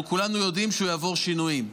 אנחנו כולנו יודעים שהוא יעבור שינויים,